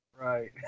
Right